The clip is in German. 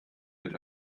wird